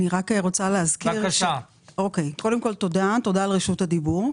תודה על רשות הדיבור.